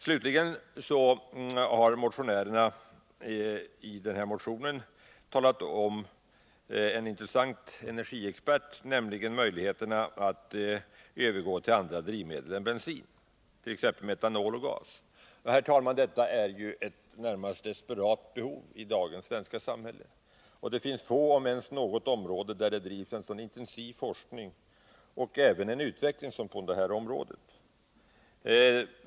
Slutligen vill jag påpeka att motionärerna i denna motion har tagit upp en intressant energiaspekt, nämligen möjligheterna att övergå till andra drivmedel än bensin, t.ex. metanol och gas. Herr talman! Detta är närmast ett desperat behov i dagens samhälle. Det finns få områden, om ens något, där det bedrivs en så intensiv forskning och även utveckling som på detta område.